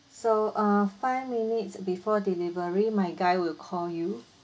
so err five minutes before delivery my guy will call you